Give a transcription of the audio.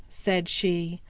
said she,